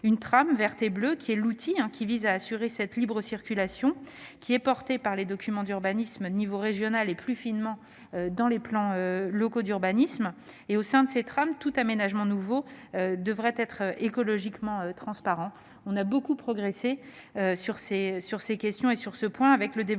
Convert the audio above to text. La trame verte et bleue est l'outil qui vise à assurer cette libre circulation. Elle est portée sur les documents d'urbanisme au niveau régional et, plus finement, dans les plans locaux d'urbanisme. En son sein, tout aménagement nouveau devrait être écologiquement transparent. Nous avons beaucoup progressé sur ce point, avec, par exemple, le développement